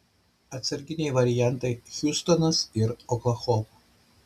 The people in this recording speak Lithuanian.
atsarginiai variantai hiūstonas ir oklahoma